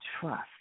trust